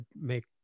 make